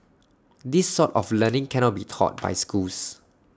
this sort of learning cannot be taught by schools